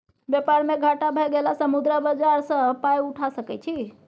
बेपार मे घाटा भए गेलासँ मुद्रा बाजार सँ पाय उठा सकय छी